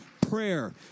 prayer